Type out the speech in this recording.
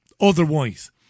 otherwise